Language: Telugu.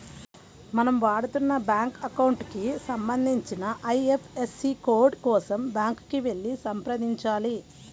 మనం వాడుతున్న బ్యాంకు అకౌంట్ కి సంబంధించిన ఐ.ఎఫ్.ఎస్.సి కోడ్ కోసం బ్యాంకుకి వెళ్లి సంప్రదించాలి